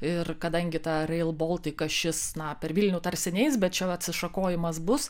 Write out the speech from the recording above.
ir kadangi ta rail baltic šis na per vilnių tarsi neis bet čia atsišakojimas bus